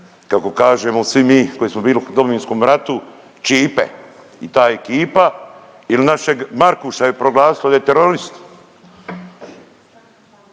kako kažemo svi mi koji smo bili u Domovinskom ratu Čipe i ta ekipa ili našeg Markuša je proglasilo da je terorist.